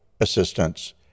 assistance